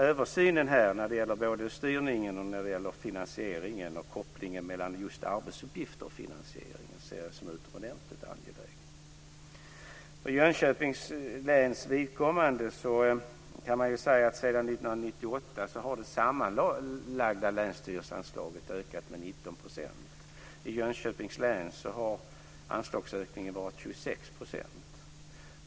Översynen här, när det gäller både styrningen, finansieringen och kopplingen mellan just arbetsuppgifter och finansieringen, ser jag som utomordentligt angelägen. Sedan 1998 har det sammanlagda länsstyrelseanslaget ökat med 19 %. I Jönköpings län har anslagsökningen varit 26 %.